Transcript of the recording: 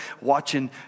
watching